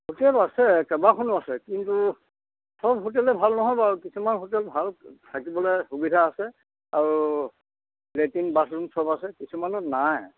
hotel আছে কেবাখনো আছে কিন্তু চব হোটেলে ভাল নহয় বাৰু কিছুমান হোটেল ভাল থাকিবলৈ সুবিধা আছে আৰু লেট্ৰিন বাথৰুম চব আছে কিছুমানত নাই